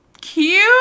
Cute